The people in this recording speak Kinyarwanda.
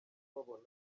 babona